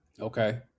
Okay